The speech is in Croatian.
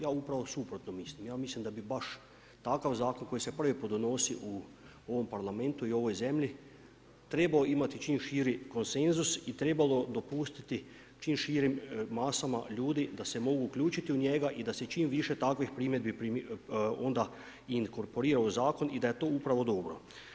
Ja upravo suprotno mislim, ja mislim da bi baš takav zakon koji se prvi put donosi u ovom Parlamentu i ovoj zemlji, trebao imati čim širi konsenzus i trebalo dopustiti čim širim masama ljudi da se mogu uključiti u njega i da se čim više takvih primjedbi onda inkorporira u zakon i da je to upravo dobro.